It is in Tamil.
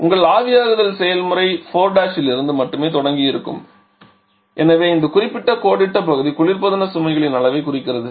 உங்கள் ஆவியாகுதல் செயல்முறை புள்ளி 4 இலிருந்து மட்டுமே தொடங்கியிருக்கும் எனவே இந்த குறிப்பிட்ட கோடிட்ட பகுதி குளிர்பதன சுமைகளின் அளவைக் குறிக்கிறது